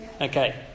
Okay